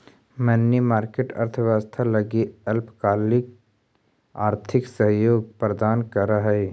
money market अर्थव्यवस्था लगी अल्पकालिक आर्थिक सहयोग प्रदान करऽ हइ